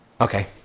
Okay